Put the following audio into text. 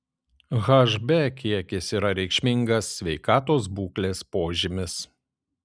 hb kiekis yra reikšmingas sveikatos būklės požymis